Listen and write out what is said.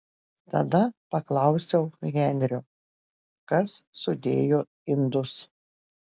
tada paklausiau henrio kas sudėjo indus